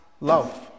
love